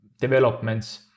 developments